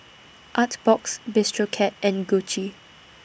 Artbox Bistro Cat and Gucci